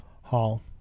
Hall